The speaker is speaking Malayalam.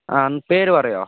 ആ ഒന്ന് പേര് പറയുമോ